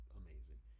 amazing